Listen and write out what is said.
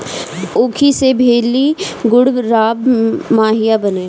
ऊखी से भेली, गुड़, राब, माहिया बनेला